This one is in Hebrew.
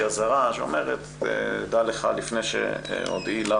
אזהרה שאומרת: דעי לך לפני שמתקדמים.